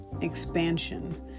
expansion